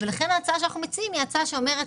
לכן ההצעה שאנחנו מציעים היא הצעה שאומרת,